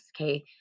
okay